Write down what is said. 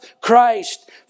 Christ